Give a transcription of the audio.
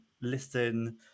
listen